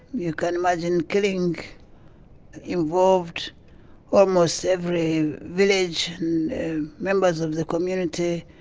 you can imagine killing involved almost every village and members of the community,